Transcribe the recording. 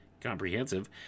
comprehensive